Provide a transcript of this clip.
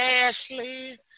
Ashley